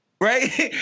Right